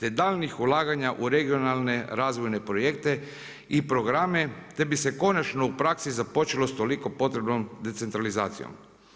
te daljnjih ulaganja u regionalne razvojne projekte i programe, te bi se konačno u praksi započelo s toliko potrebnom decentralizacijom.